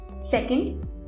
Second